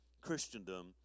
Christendom